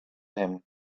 him